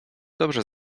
dobrze